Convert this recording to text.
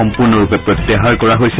সম্পূৰ্ণৰূপে প্ৰত্যাহাৰ কৰা হৈছে